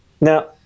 Now